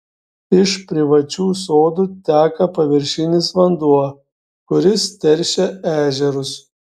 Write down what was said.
iš privačių sodų teka paviršinis vanduo kuris teršia ežerus